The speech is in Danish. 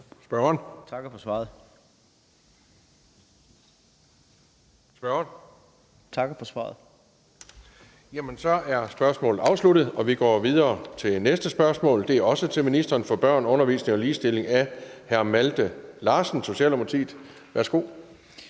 næstformand (Kristian Pihl Lorentzen): Jamen så er spørgsmålet afsluttet. Vi går videre til det næste spørgsmål. Det er også til ministeren for børn, undervisning og ligestilling af hr. Malte Larsen, Socialdemokratiet. Kl.